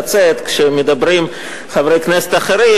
לצאת כשמדברים חברי כנסת אחרים.